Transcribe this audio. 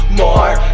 more